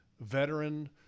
veteran